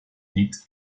nebst